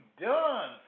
done